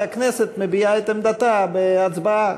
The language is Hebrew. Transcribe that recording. והכנסת מביעה את עמדתה בהצבעה,